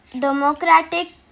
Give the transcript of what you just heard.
Democratic